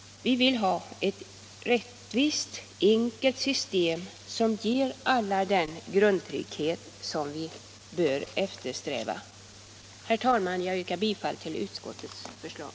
Herr talman! Jag yrkar bifall till utskottets förslag.